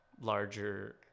larger